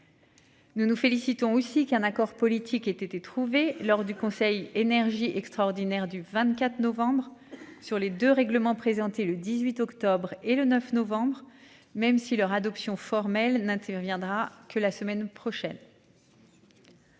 Nous nous félicitons aussi qu'un accord politique était trouvé lors du Conseil Énergie extraordinaire du 24 novembre. Sur les 2 règlements, présenté le 18 octobre et le 9 novembre. Même si leur adoption formelle n'interviendra que la semaine prochaine.--